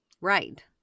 Right